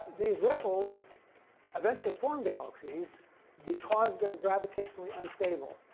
these ripples eventually form galaxies because they're gravitationally unstable.